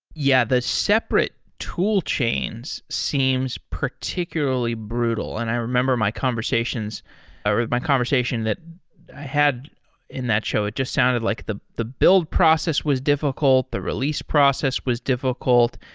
yeah, the separate tool chain's seems particularly brutal. and i remember my conversations or my conversation that i had in that show. it just sounded like the the build process was difficult. the release process was difficult.